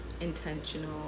intentional